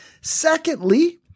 Secondly